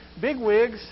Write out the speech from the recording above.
bigwigs